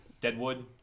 Deadwood